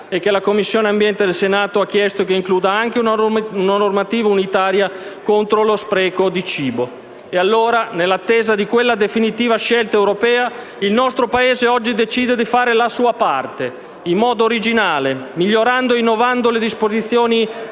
ambiente, beni ambientali del Senato ha chiesto che includa anche una normativa unitaria contro lo spreco di cibo. Nell'attesa di quella definitiva scelta europea, il nostro Paese oggi decide di fare la sua parte, in modo originale, migliorando e innovando le disposizioni